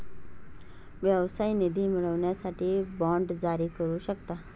व्यवसाय निधी मिळवण्यासाठी बाँड जारी करू शकता